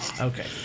Okay